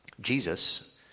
Jesus